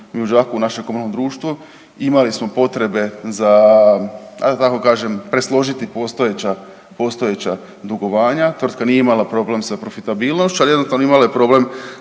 i u Đakovu u našem komunalnom društvu imali smo potrebe za ajde da tako kažem presložiti postojeća, postojeća dugovanja. Tvrtka nije imala problem sa profitabilnošću, ali jednostavno imala je problem